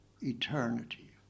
eternity